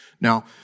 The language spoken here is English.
Now